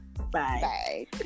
bye